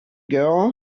girl